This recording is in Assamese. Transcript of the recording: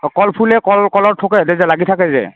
অঁ কল ফুলে কল কলৰ থোকে সৈতে লাগি থাকে যে